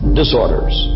disorders